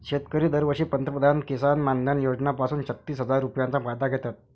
शेतकरी दरवर्षी पंतप्रधान किसन मानधन योजना पासून छत्तीस हजार रुपयांचा फायदा घेतात